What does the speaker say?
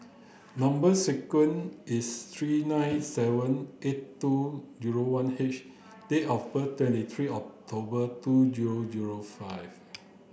number sequence is three nine seven eight two zero one H date of birth twenty three October two zero zero five